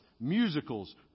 musicals